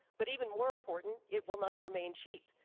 but even more important, it will not remain cheap,